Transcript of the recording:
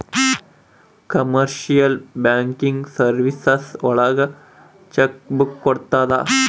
commercial banking services ಒಳಗ cheque book ಕೊಡ್ತಾರ